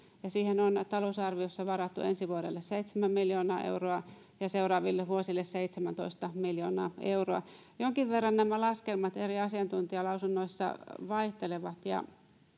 siihen on talousarviossa varattu ensi vuodelle seitsemän miljoonaa euroa ja seuraaville vuosille seitsemäntoista miljoonaa euroa jonkin verran nämä laskelmat eri asiantuntijalausunnoissa vaihtelevat ja